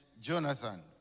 Jonathan